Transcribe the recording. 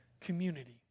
community